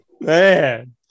Man